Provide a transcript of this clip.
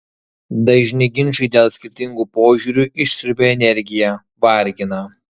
dažni ginčai dėl skirtingų požiūrių išsiurbia energiją vargina